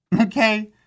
okay